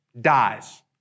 dies